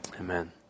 Amen